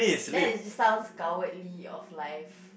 that's sounds cowardly of life